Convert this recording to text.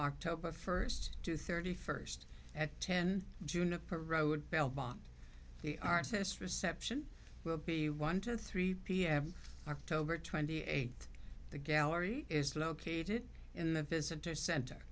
october first two thirty first at ten juniper road belmont the arsonist reception will be one two three pm october twenty eighth the gallery is located in the visitor center